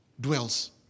dwells